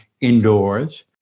indoors